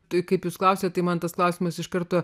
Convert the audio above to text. tai kaip jis klausia tai man tas klausimas iš karto